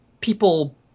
people